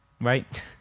right